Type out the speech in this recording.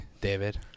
David